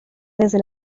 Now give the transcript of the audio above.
desde